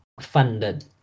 funded